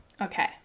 Okay